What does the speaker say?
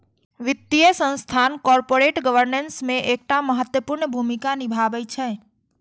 वित्तीय संस्थान corporate governance मे एकटा महत्वपूर्ण भूमिका निभाबै छै